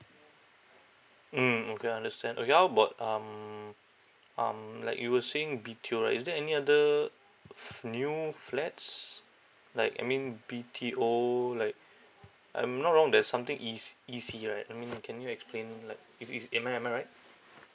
mm okay understand okay how about um um like you were saying B_T_O right is there any other f~ new flats like I mean B_T_O like I'm not wrong there's something E~ E_C right I mean can you explain like is is am I am I right